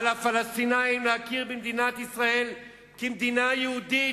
על הפלסטינים להכיר במדינת ישראל כמדינה יהודית,